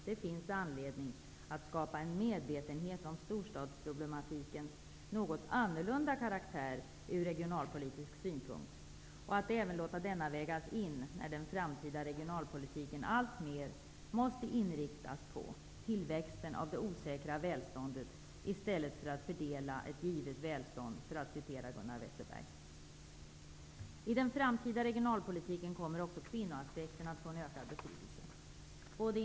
Det finns anledning att skapa en medvetenhet om storstadsproblematikens något annorlunda karaktär ur regionalpolitisk synpunkt och att även låta denna vägas in när den framtida regionalpolitiken alltmer måste inriktas på tillväxten av det osäkra välståndet i stället för att fördela ett givet välstånd, för att citera Gunnar I den framtida regionalpolitiken kommer också kvinnoaspekterna att få en ökad betydelse.